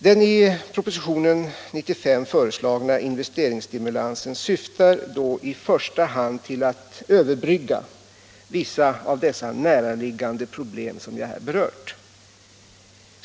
Den i propositionen 95 föreslagna investeringsstimulansen syftar då i första hand till att överbrygga vissa av de näraliggande problem som jag har berört.